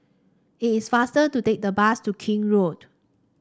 it is faster to take the bus to King Road